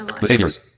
Behaviors